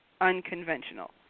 unconventional